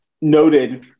noted